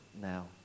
now